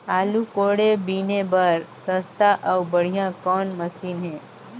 आलू कोड़े बीने बर सस्ता अउ बढ़िया कौन मशीन हे?